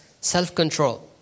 self-control